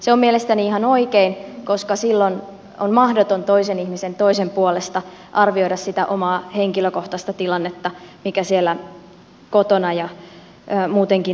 se on mielestäni ihan oikein koska silloin on mahdoton toisen ihmisen toisen puolesta arvioida sitä omaa henkilökohtaista tilannetta mikä siellä kotona ja muutenkin on